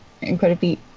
incredibly